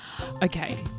Okay